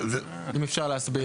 אם אפשר להסביר לי.